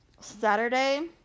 Saturday